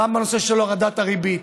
גם בנושא של הורדת הריבית,